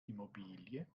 immobilie